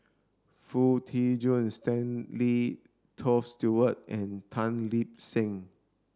Foo Tee Jun Stanley Toft Stewart and Tan Lip Seng